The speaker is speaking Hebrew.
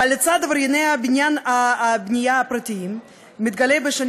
אבל לצד עברייני הבנייה הפרטיים מתגלה בשנה